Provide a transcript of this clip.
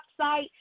website